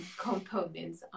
components